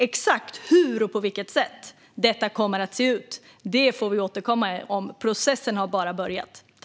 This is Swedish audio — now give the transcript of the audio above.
Exakt hur och på vilket sätt detta ska se ut får vi återkomma med. Processen har bara börjat.